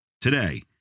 today